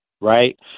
Right